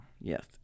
Yes